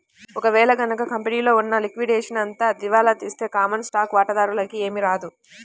ఒక వేళ గనక కంపెనీలో ఉన్న లిక్విడేషన్ అంతా దివాలా తీస్తే కామన్ స్టాక్ వాటాదారులకి ఏమీ రాదు